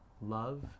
love